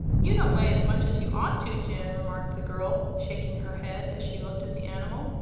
you don't weigh as much as you ought to, jim, remarked the girl, shaking her head as she looked at the animal.